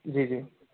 जी जी